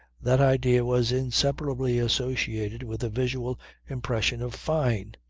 that idea was inseparably associated with the visual impression of fyne.